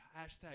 hashtag